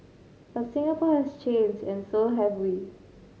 but Singapore has changed and so have we